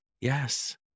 yes